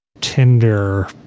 Tinder